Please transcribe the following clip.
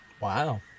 Wow